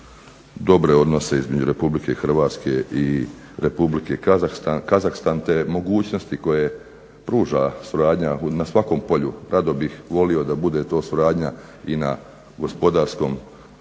dobre odnose između Republike Hrvatske i Republike Kazahstan te mogućnosti koje pruža suradnja na svakom polju rado bih volio da bude to suradnja i na gospodarskom,